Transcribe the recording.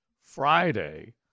Friday –